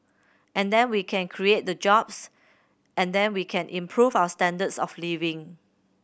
and then we can create the jobs and then we can improve our standards of living